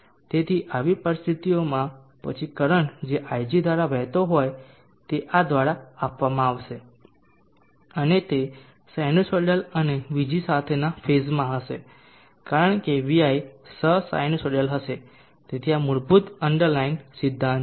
તેથી આવી પરિસ્થિતિઓમાં પછી કરંટ જે ig દ્વારા વહેતો હોય તે આ દ્વારા આપવામાં આવશે અને તે સાઈનુસાઇડલ અને Vg સાથેના ફેઝમાં હશે કારણ કે Vl સહ સાઈનુસાઇડલ હશે તેથી આ મૂળભૂત અન્ડરલાઇન સિદ્ધાંત છે